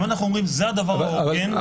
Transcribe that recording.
אם אנחנו אומרים שזה הדבר ההוגן,